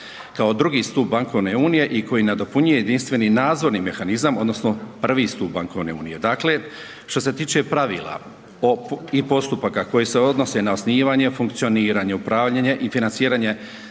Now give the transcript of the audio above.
kao drugi stup bankovne unije i koji nadopunjuje Jedinstveni nadzorni mehanizam odnosno prvi stup bankovne unije. Dakle što se tiče pravila i postupaka koji se odnose na osnivanje, funkcioniranje, upravljanje i financiranje